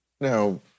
Now